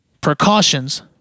precautions